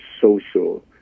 social